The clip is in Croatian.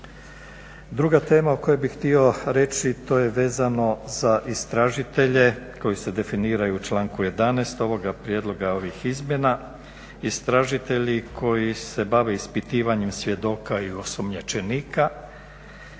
Druga tema o kojoj bih htio reći to je vezano za istražitelje koji se definiraju u članku 11. ovoga prijedloga ovih izmjena, istražitelji koji se bave ispitivanjem svjedoka i osumnjičenika